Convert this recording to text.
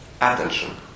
attention